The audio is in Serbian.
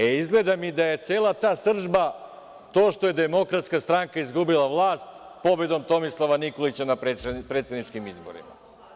E, izgleda mi da je cela ta srdžba to što je DS izgubila vlast pobedom Tomislava Nikolića na predsedničkim izborima.